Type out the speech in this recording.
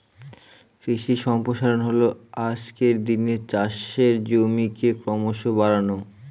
কৃষি সম্প্রসারণ হল আজকের দিনে চাষের জমিকে ক্রমশ বাড়ানো